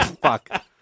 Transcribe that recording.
Fuck